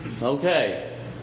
Okay